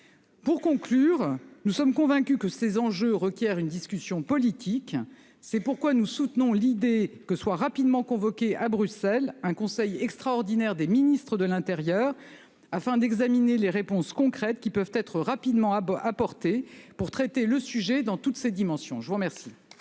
En conclusion, nous sommes convaincus que ces enjeux requièrent une discussion politique. C'est pourquoi nous soutenons l'idée que soit rapidement convoqué à Bruxelles un conseil extraordinaire des ministres de l'intérieur afin d'examiner les réponses concrètes qui peuvent être rapidement apportées pour traiter le sujet dans toutes ses dimensions. La parole